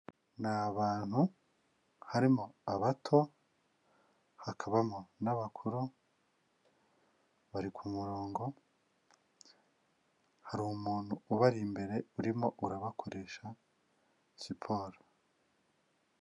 Ni abantu harimo abato, hakabamo n'abakuru bari ku murongo. Hari umuntu ubari imbere urimo urabakoresha siporo.